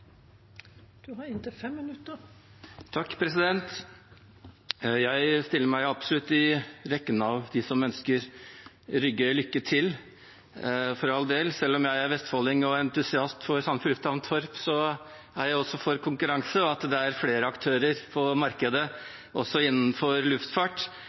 Jeg stiller meg absolutt i rekken av dem som ønsker Rygge lykke til, for all del. Selv om jeg er vestfolding og entusiast for Sandefjord lufthavn Torp, er jeg for konkurranse og at det er flere aktører på markedet, også innenfor luftfart.